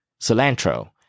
Cilantro